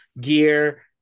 gear